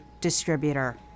distributor